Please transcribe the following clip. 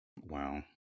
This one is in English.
Wow